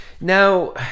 Now